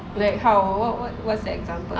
like how what what what's the example